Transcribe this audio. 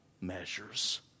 measures